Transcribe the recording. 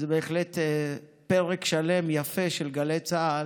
וזה בהחלט פרק שלם יפה של גלי צה"ל,